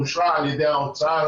שאושרה על ידי האוצר,